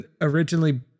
originally